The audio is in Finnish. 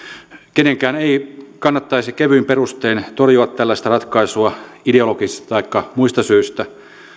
kenenkään ei kannattaisi kevyin perustein torjua tällaista ratkaisua ideologisista taikka muista syistä